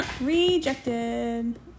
Rejected